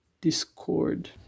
Discord